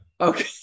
okay